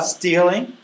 stealing